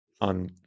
on